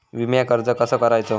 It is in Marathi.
विम्याक अर्ज कसो करायचो?